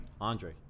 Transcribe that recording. Andre